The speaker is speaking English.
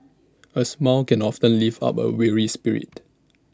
A smile can often lift up A weary spirit